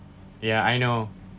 ya I know